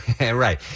Right